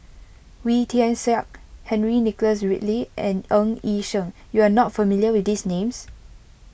Wee Tian Siak Henry Nicholas Ridley and Ng Yi Sheng you are not familiar with these names